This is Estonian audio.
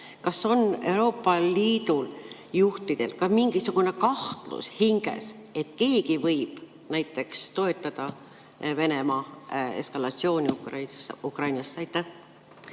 või on Euroopa Liidu juhtidel ka mingisugune kahtlus hinges, et keegi võib näiteks toetada Venemaa eskalatsiooni Ukrainasse? Aitäh,